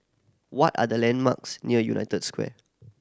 what are the landmarks near United Square